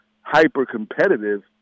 hyper-competitive